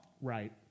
Right